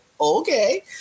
okay